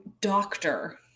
doctor